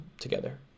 together